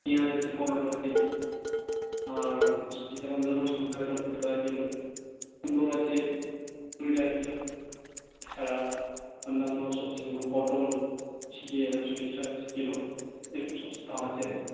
পিঁয়াজ আছে পনেরো টাকা কেজি আর অন্য সবজি যেমন ধরুন সজনে ডাঁটা কুড়ি টাকা কিলো কুমড়ো আছে কুড়ি টাকা কিলো এছাড়া অন্যান্য সবজি যেমন পটল ঝিঙে এরা চল্লিশ টাকা কিলো এরকম সব দাম আছে আরকি